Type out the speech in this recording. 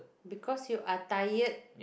because you are tired